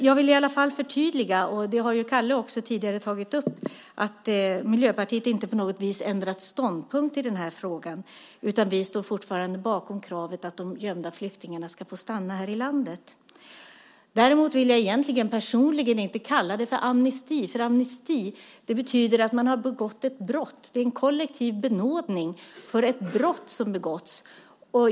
Jag vill i alla fall förtydliga - och det har Kalle tidigare tagit upp - att Miljöpartiet inte på något vis har ändrat ståndpunkt i frågan. Vi står fortfarande bakom kravet att de gömda flyktingarna ska få stanna i landet. Däremot vill jag personligen inte kalla detta för amnesti. Amnesti betyder att man har begått ett brott, att det är fråga om en kollektiv benådning för ett brott som har begåtts.